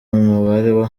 umubare